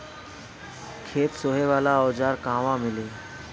खेत सोहे वाला औज़ार कहवा मिली?